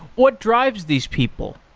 what drives these people?